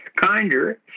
kinder